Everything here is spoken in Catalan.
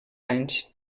anys